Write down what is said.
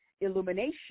illumination